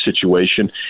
situation